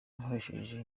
nkoresheje